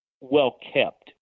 well-kept